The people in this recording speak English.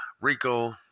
rico